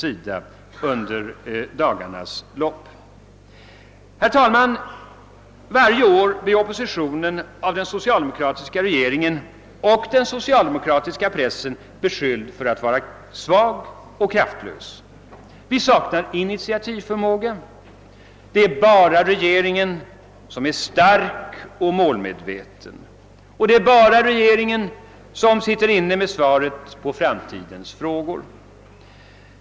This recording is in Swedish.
Herr talman! Varje år blir oppositionen av den socialdemokratiska regeringen och den <socialdemokratiska pressen beskylld för att vara svag och kraftlös. Vi påstås sakna initiativförmåga — endast den socialdemokratiska regeringen själv utmålas som stark och målmedveten. Det är bara regeringen som sitter inne med svaret på framtidens frågor.